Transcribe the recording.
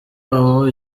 aho